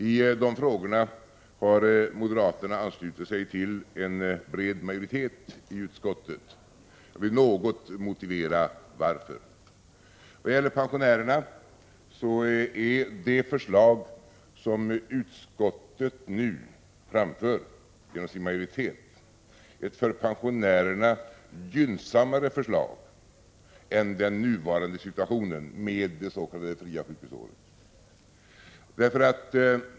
I de frågorna har moderaterna anslutit sig till en bred majoritet i utskottet. Jag vill något motivera varför. När det gäller pensionärerna innebär det förslag som utskottet nu framför genom sin majoritet en för pensionärerna gynnsammare situation än den nuvarande med det s.k. fria sjukhusåret.